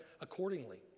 accordingly